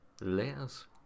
Layers